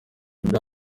bya